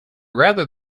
rather